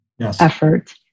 effort